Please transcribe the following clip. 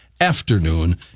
Afternoon